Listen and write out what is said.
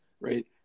Right